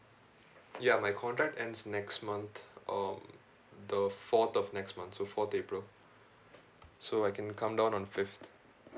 ya my contract ends next month um the fourth of next month so fourth april so I can come down on fifth